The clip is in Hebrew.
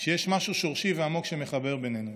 שיש משהו שורשי ועמוק שמחבר בינינו.